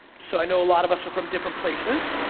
so, i know a lot of us are from different places,